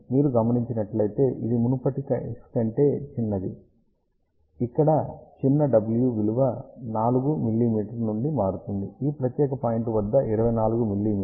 మీరు గమనించినట్లైతే ఇది మునుపటి కేసు కంటే చిన్నది ఇక్కడ చిన్న w విలువ 4 మిమీ నుండి మారుతుంది ఈ ప్రత్యేకత పాయింట్ వద్ద 24 మిమీ